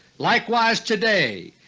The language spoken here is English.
likewise today,